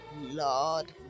Lord